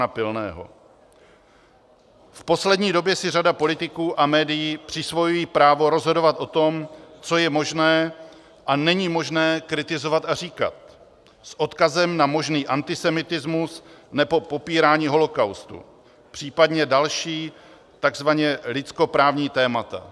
V poslední době si řada politiků a médií přisvojuje právo rozhodovat o tom, co je možné a není možné kritizovat a říkat, s odkazem na možný antisemitismus nebo popírání holokaustu, případně další takzvaně lidskoprávní témata.